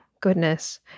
goodness